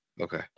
Okay